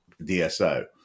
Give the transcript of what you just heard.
DSO